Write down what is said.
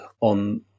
on